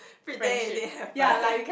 pretend it didn't happen